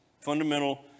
Fundamental